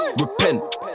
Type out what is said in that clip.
Repent